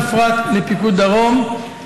ובפרט לפיקוד הדרום,